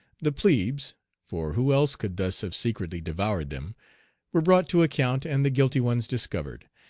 the plebes for who else could thus have secretly devoured them were brought to account and the guilty ones discovered.